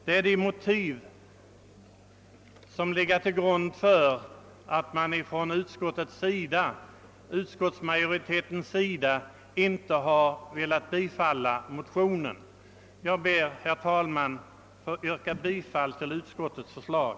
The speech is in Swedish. Detta är de motiv som legat till grund för att utskottsmajoriteten inte velat biträda motionen, och jag ber att få yrka bifall till utskottets förslag.